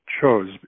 chose